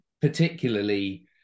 particularly